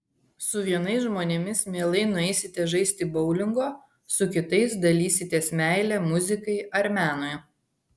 su vienais žmonėmis mielai nueisite žaisti boulingo su kitais dalysitės meile muzikai ar menui